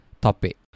topic